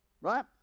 Right